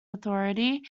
authority